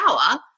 power